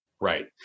Right